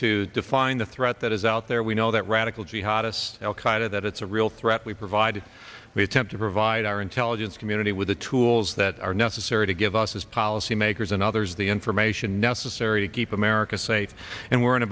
to define the threat that is out there we know that radical jihadists al qaeda that it's a real threat we provided they attempt to provide our intelligence community with the tools that are necessary to give us policymakers and others the information necessary to keep america safe and w